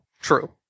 True